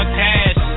cash